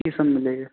की सब मिलैये